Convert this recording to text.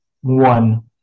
one